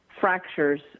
fractures